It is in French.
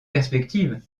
perspective